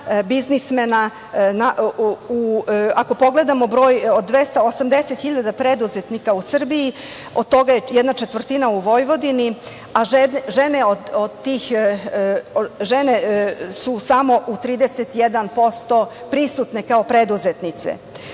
biznismena, ako pogledamo broj od 280 hiljada preduzetnika u Srbiji, od toga je jedna četvrtina u Vojvodini, a žene od tih su samo 31% prisutne kao preduzetnice. Pre